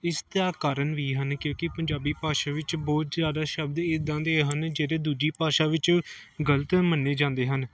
ਇਸ ਦਾ ਕਾਰਨ ਵੀ ਹਨ ਕਿਉਂਕਿ ਪੰਜਾਬੀ ਭਾਸ਼ਾ ਵਿੱਚ ਬਹੁਤ ਜ਼ਿਆਦਾ ਸ਼ਬਦ ਇੱਦਾਂ ਦੇ ਹਨ ਜਿਹੜੇ ਦੂਜੀ ਭਾਸ਼ਾ ਵਿੱਚ ਗਲਤ ਮੰਨੇ ਜਾਂਦੇ ਹਨ